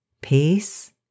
peace